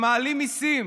הם מעלים מיסים,